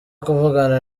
kuvugana